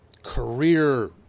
career